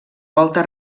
volta